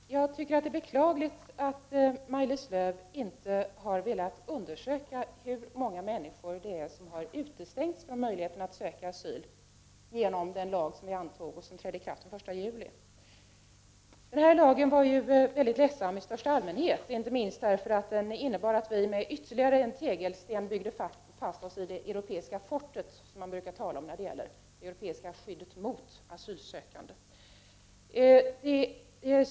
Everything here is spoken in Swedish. Herr talman! Jag tycker att det är beklagligt att Maj-Lis Lööw inte har velat undersöka hur många människor det är som har utestängts från möjligheten att söka asyl med hjälp av den lag som vi antog och som trädde i kraft den 1 juli. Denna lag var i största allmänhet ledsam, inte minst eftersom den innebär att vi med ytterligare en tegelsten byggde fast oss i det europeiska fortet — som man brukar tala om när det gäller det europeiska skyddet mot asylsökande.